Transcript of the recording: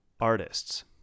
artists